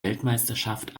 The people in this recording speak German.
weltmeisterschaft